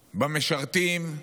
במשרתים,